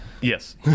Yes